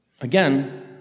Again